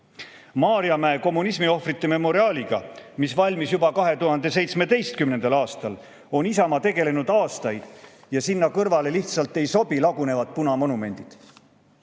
Maarjamäe kommunismiohvrite memoriaaliga, mis valmis juba 2017. aastal, on Isamaa tegelenud aastaid ja sinna kõrvale lihtsalt ei sobi lagunevad punamonumendid.